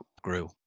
grew